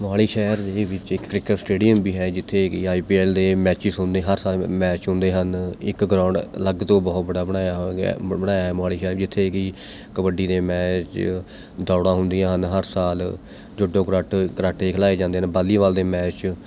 ਮੋਹਾਲੀ ਸ਼ਹਿਰ ਦੇ ਵਿੱਚ ਇੱਕ ਕ੍ਰਿਕਟ ਸਟੇਡੀਅਮ ਵੀ ਹੈ ਜਿੱਥੇ ਕਿ ਆਈ ਪੀ ਐੱਲ ਦੇ ਮੈਚਿਜ਼ ਹੁੰਦੇ ਹਰ ਸਾਲ ਮੈਚ ਹੁੰਦੇ ਹਨ ਇੱਕ ਗਰਾਊਂਡ ਅਲੱਗ ਤੋਂ ਬਹੁਤ ਬੜਾ ਬਣਾਇਆ ਹੋ ਗਿਆ ਹੈ ਬਣਾਇਆ ਮੋਹਾਲੀ ਸ਼ਹਿਰ ਜਿੱਥੇ ਕਿ ਕਬੱਡੀ ਦੇ ਮੈਚ ਦੌੜਾਂ ਹੁੰਦੀਆਂ ਹਨ ਹਰ ਸਾਲ ਜੂਡੋ ਕਰਾਟੇ ਕਰਾਟੇ ਖਲਾਏ ਜਾਂਦੇ ਨੇ ਵਾਲੀਵਾਲ ਦੇ ਮੈਚ